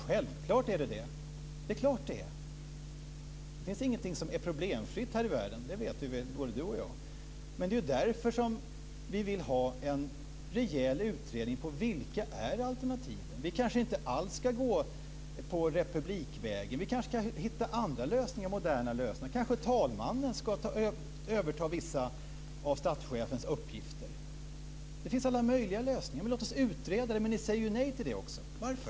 Självklart är det problem, det finns ingenting som är problemfritt här i världen, det vet vi ju. Det är därför som vi vill ha en rejäl utredning om vilka alternativen är. Vi kanske inte alls ska gå på republikvägen. Vi kanske kan hitta andra moderna lösningar. Kanske talmannen ska överta vissa av statschefens uppgifter. Det finns alla möjliga lösningar, men låt oss utreda dem. Ni säger nej till det också. Varför?